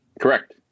correct